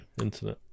internet